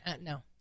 No